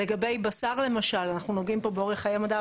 לגבי בשר למשל, אנחנו נוגעים פה באורך חיי מדף.